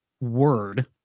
word